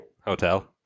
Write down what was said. hotel